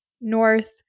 north